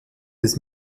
des